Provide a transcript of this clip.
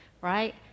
right